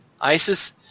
Isis